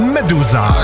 Medusa